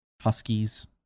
Huskies